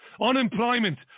Unemployment